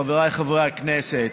חבריי חברי הכנסת,